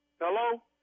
Hello